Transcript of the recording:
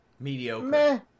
mediocre